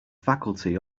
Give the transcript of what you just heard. faculty